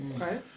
Okay